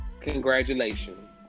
Congratulations